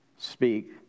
speak